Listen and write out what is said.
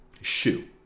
shoe